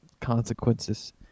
consequences